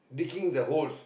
digging the hole